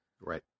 Right